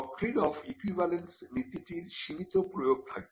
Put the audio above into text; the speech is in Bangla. ডকট্রিন অফ ইকুইভ্যালেন্স নীতিটির সীমিত প্রয়োগ থাকবে